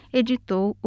editou